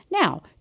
Now